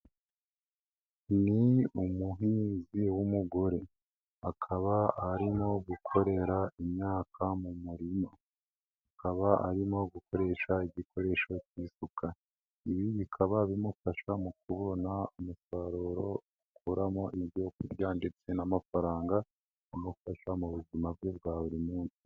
Ni umuhinzi w'umugore akaba arimo gukorera imyaka mu murima. Akaba arimo gukoresha igikoresho kisuka. Ibi bikaba bimufasha mu kubona umusarurokuramo ibyo kurya ndetse n'amafaranga amufasha mu buzima bwe bwa buri munsi.